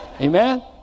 amen